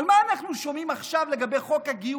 אבל מה אנחנו שומעים עכשיו לגבי חוק הגיוס,